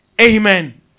Amen